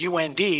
UND